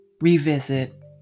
revisit